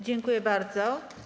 Dziękuję bardzo.